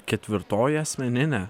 ketvirtoji asmeninė